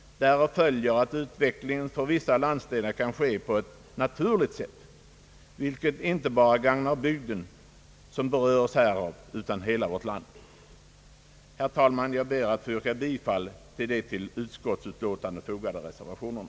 Därav följer att utvecklingen för de olika landsdelarna kan ske på ett naturligt sätt, vilket inte Ang. järnvägspolitiken m.m. bara gagnar den direkt berörda bygden utan hela vårt land. Herr talman! Jag ber att få yrka bifall till de till utskottsutlåtandet fogade reservationerna.